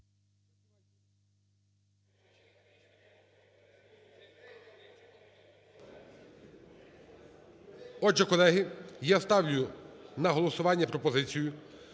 Отже, колеги, я ставлю на голосування пропозицію,